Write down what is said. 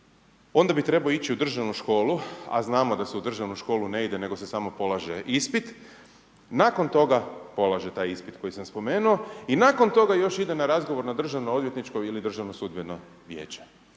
onda bi trebao ići u državnu školu, a znamo da se u državnu školu ne ide nego se samo polaže ispit, nakon toga polaže taj ispit koji sam spomenuo i nakon toga još ide na razgovor na državno odvjetničko ili državno sudbeno vijeće.